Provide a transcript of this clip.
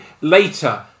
later